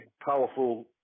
powerful